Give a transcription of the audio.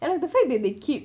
and the fact that they keep